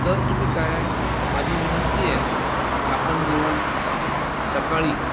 तर तुम्ही काय आहे माझी विनंती आहे आपण जेवण स सकाळी